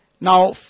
Now